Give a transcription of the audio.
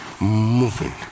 moving